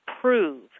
prove